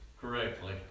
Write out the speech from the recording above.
correctly